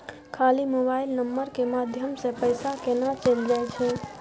खाली mobile number के माध्यम से पैसा केना चल जायछै?